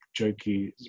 jokey